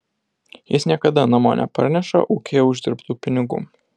jis niekada namo neparneša ūkyje uždirbtų pinigų